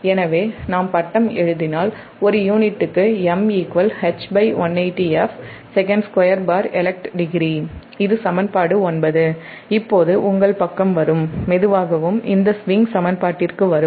எனவே நாம் டிகிரி எழுதினால் ஒரு யூனிட்டுக்கு MH180f sec2elect degree இது சமன்பாடு 9 இப்போது உங்கள் பக்கம் வரும் இந்த ஸ்விங் சமன்பாட்டிற்கு மெதுவாக வரும்